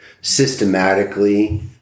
systematically